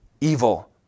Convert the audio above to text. evil